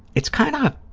it's kind of,